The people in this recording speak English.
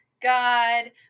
God